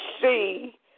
see